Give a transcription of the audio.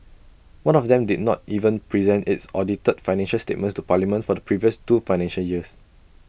one of them did not even present its audited financial statements to parliament for the previous two financial years